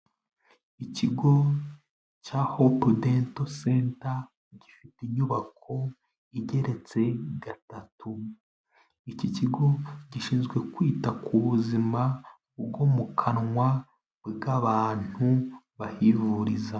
Ikigo cya Hope dental center, gifite inyubako igeretse gatatu, iki kigo gishinzwe kwita ku buzima bwo mu kanwa bw'abantu bahivuriza.